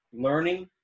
learning